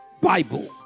Bible